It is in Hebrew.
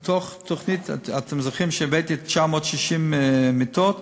מיטות מתוך תוכנית, אתם זוכרים שהבאתי 960 מיטות?